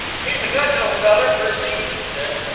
he's a good little feller, percy, she said.